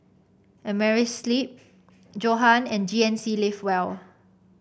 Amerisleep Johan and G N C Live Well